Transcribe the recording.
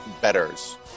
betters